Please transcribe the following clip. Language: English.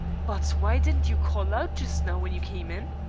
but why didn't you call out just now when you came in?